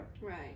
right